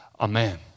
Amen